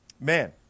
man